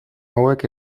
hauek